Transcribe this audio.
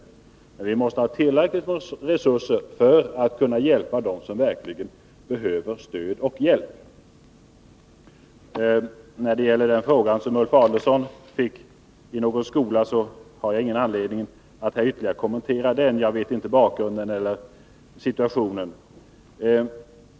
Men vi måste ha tillräckliga resurser för att kunna hjälpa dem som verkligen behöver stöd och hjälp. Den fråga som Ulf Adelsohn fick i en skola har jag inte någon anledning att här ytterligare kommentera. Jag känner inte till bakgrunden till den.